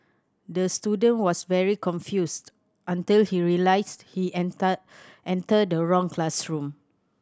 the student was very confused until he realised he entered entered the wrong classroom